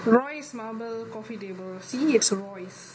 royce marble coffee table see it's royce